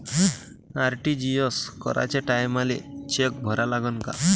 RTGS कराच्या टायमाले cheque भरा लागन का?